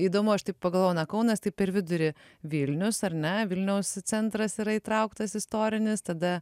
įdomu aš taip pagalvojau na kaunas tai per vidurį vilnius ar ne vilniaus centras yra įtrauktas istorinis tada